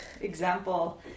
example